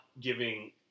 giving